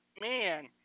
man